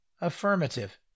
Affirmative